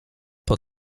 pod